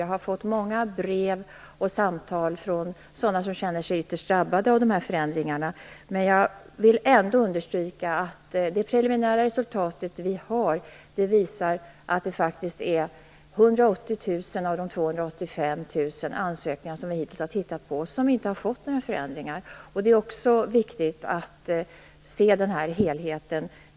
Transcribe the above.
Jag har fått många brev och samtal från sådana som känner sig ytterst drabbade av förändringarna, men jag vill ändå understryka att det preliminära resultatet faktiskt visar att 180 000 av de 285 000 som har ansökt som vi hittills har tittat på inte har fått några förändringar. Det är också viktigt att se helheten.